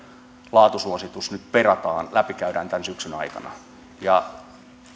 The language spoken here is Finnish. laatusuositus nyt perataan läpikäydään tämän syksyn aikana ja